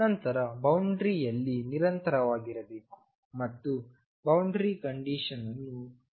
ನಂತರ ಬೌಂಡರಿ ಯಲ್ಲಿ ನಿರಂತರವಾಗಿರಬೇಕು ಮತ್ತು ಬೌಂಡರಿ ಕಂಡೀಶನ್ ಅನ್ನು ಹೊಂದಿಸಬೇಕು